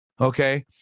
Okay